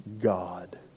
God